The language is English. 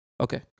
Okay